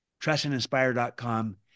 Trustandinspire.com